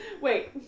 Wait